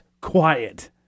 quiet